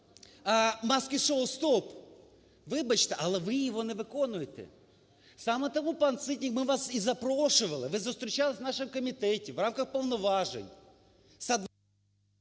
"маски-шоу, стоп!". Вибачте, але ви його не виконуєте. Саме тому, пан Ситник, ми вас і запрошували. Ви зустрічались в нашому комітеті в рамках повноважень.